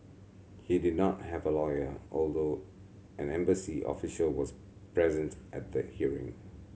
he did not have a lawyer although an embassy official was present at the hearing